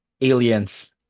aliens